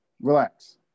Relax